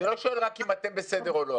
אני לא שואל רק אם אתם בסדר או לא.